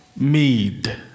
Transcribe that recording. made